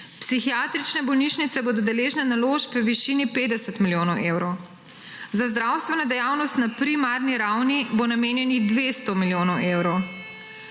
Psihiatrične bolnišnice bodo deležne naložb v višini 50 milijonov evrov. Za zdravstveno dejavnost na primarni ravni bo namenjenih 200 milijonov evrov.